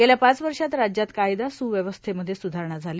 गेल्या पाच वर्षात राज्यात कायदा सुक्यवस्थेमध्ये सुधारणा झाली